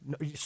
no